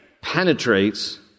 penetrates